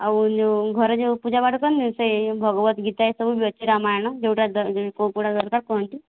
ଆଉ ଯେଉଁ ଘରେ ଯେଉଁ ପୂଜା ପାଠ କରନ୍ତିନି ସେହି ଭଗବତ ଗୀତା ଏସବୁ ବି ଅଛି ରାମାୟଣ ଯେଉଁଟା କେଉଁ କେଉଁଟା ଦରକାର କୁହନ୍ତୁ